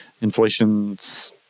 inflation's